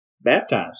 baptized